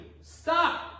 stop